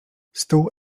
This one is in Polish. stół